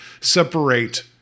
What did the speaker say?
separate